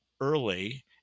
early